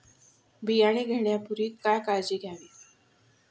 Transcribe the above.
बियाणे घेण्यापूर्वी काय काळजी घ्यावी?